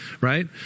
right